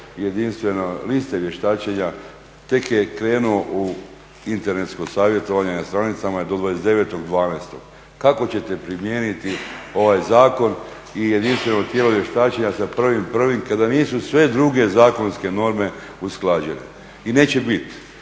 jedinstvene liste vještačenja tek je krenuo u internetsko savjetovanje i na stranicama je do 29.12. Kako ćete primijeniti ovaj zakon i jedinstveno tijelo vještačenja sa 1.1. kada nisu sve druge zakonske norme usklađene i neće bit,